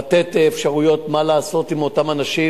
לתת אפשרויות מה לעשות עם אותם אנשים